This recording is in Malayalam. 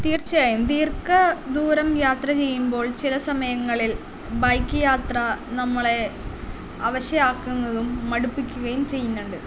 തീർച്ചയായും ദീർഘ ദൂരം യാത്ര ചെയ്യുമ്പോൾ ചില സമയങ്ങളിൽ ബൈക്ക് യാത്ര നമ്മളെ അവശയാക്കുന്നതും മടുപ്പിക്കുകയും ചെയ്യുന്നുണ്ട്